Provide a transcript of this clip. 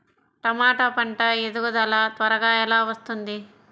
టమాట పంట ఎదుగుదల త్వరగా ఎలా వస్తుంది?